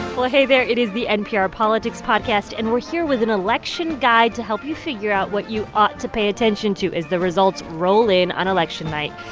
well, hey there. it is the npr politics podcast. and we're here with an election guide to help you figure out what you ought to pay attention to as the results roll in on election night.